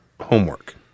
homework